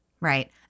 right